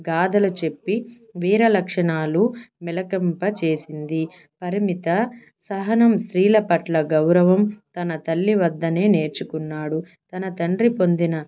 గాథలు చెప్పి వీర లక్షణాలు మెలకింప చేసింది పరిమిత సహనం స్త్రీల పట్ల గౌరవం తన తల్లి వద్దనే నేర్చుకున్నాడు తన తండ్రి పొందిన